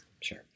sure